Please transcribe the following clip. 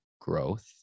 growth